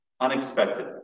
unexpected